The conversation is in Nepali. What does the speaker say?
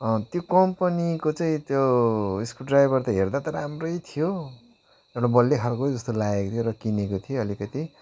त्यो कम्पनीको चाहिँ त्यो स्क्रुवड्राइभर त हेर्दा त राम्रै थियो र बलियै खालको जस्तै लागेको थियो र किनेको थिएँ अलिकति